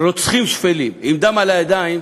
רוצחים שפלים עם דם על הידיים,